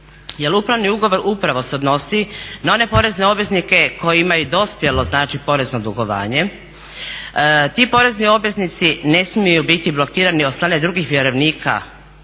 upravni ugovor upravo se odnosi na one porezne obveznike koji imaju dospjelo znači porezno dugovanje. Ti porezni obveznici ne smiju biti blokirani od strane drugih vjerovnika